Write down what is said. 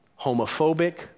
homophobic